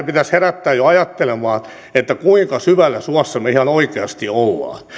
pitäisi herättää jo ajattelemaan kuinka syvällä suossa me ihan oikeasti olemme